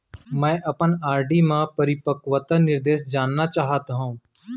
मै अपन आर.डी मा अपन परिपक्वता निर्देश जानना चाहात हव